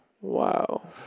Wow